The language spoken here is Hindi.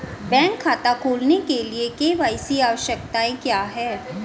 बैंक खाता खोलने के लिए के.वाई.सी आवश्यकताएं क्या हैं?